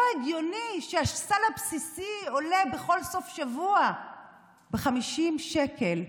לא הגיוני שהסל הבסיסי עולה בכל סוף שבוע ב-50 שקל.